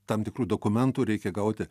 tam tikrų dokumentų reikia gauti